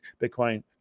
bitcoin